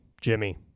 Jimmy